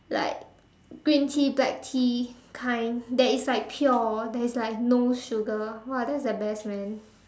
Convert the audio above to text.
like green tea black tea kind that is like pure that is like no sugar !wah! that's the best man